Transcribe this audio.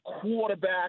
quarterback